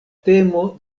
temo